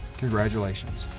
congratulations.